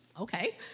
Okay